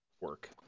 work